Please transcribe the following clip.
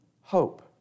hope